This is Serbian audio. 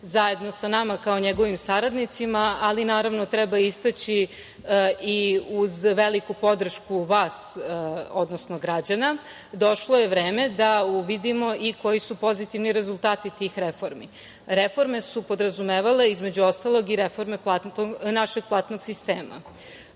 zajedno sa nama kao njegovim saradnicima, ali naravno, treba istaći i uz veliku podršku vas, odnosno građana, došlo je vreme da uvidimo i koji su pozitivni rezultati tih reformi. Reforme su podrazumevale, između ostalog, i reforme našeg platnog sistema. Kao